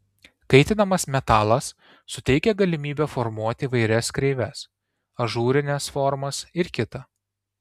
kaitinamas metalas suteikia galimybę formuoti įvairias kreives ažūrines formas ir kita